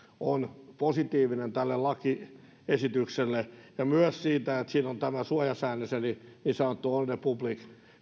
on positiivinen tälle lakiesitykselle ja myös sille että siinä on tämä suojasäännös eli niin sanottu ordre public